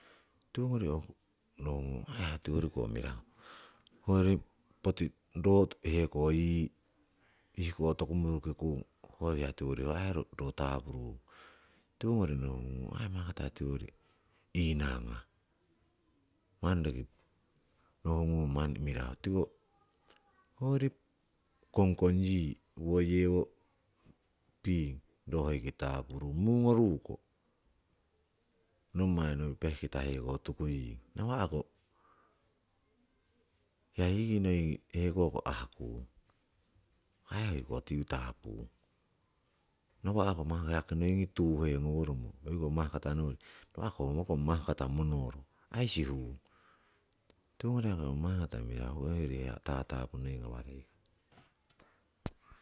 Tiwongori ong nohungung hiya aii tiworiko mirahu hoyori poti ro heko yii ihko toku murukikuung, ho hiya tiworiko ho aii ro tapuruung, tiwongori nohungung ong aii mahkata tiwori inangah manni roki nohungung manni mirahu tiko hoyori kongkong yii wo yewo ping ro hoiki tapuruung. Mungo ruko nommai pehkita wo tukuying, nawako hiya yii noingi hekoko ahkuung, ho aii hoikoh tiki tapuung. Nawa'ko mahkataki noingi tuhe ngoworomo hoi mahkata nowori, nawa'ko ongyi rokong mahkata monoro aii sihung. Tiwongori yaki ong mahkata mirahu hoyori hiya tatapu noi ngawareikori.